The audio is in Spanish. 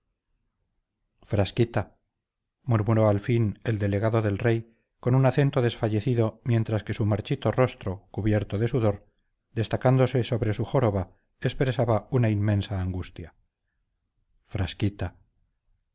frasquita murmuró al fin el delegado del rey con acento desfallecido mientras que su marchito rostro cubierto de sudor destacándose sobre su joroba expresaba una inmensa angustia frasquita